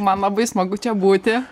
man labai smagu čia būti